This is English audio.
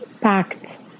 pact